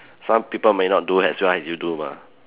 some people may not do as well as you do mah